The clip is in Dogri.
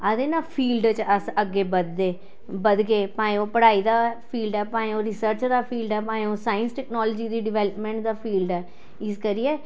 आखदे ना फील्ड च अस अग्गें बधदे बधगे भाएं ओह् पढ़ाई दा फील्ड ऐ भाएं ओह् रिसर्च दा फील्ड ऐ भाएं ओह् साइंस टेक्नोलॉजी दी डेवलपमेंट दा फील्ड ऐ इस करियै